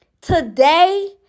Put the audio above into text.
Today